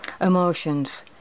emotions